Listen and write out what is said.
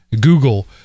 Google